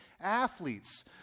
athletes